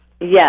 Yes